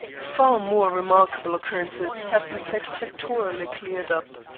far more remarkable occurrences have been satisfactorily cleared up.